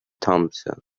thompson